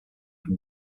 can